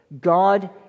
God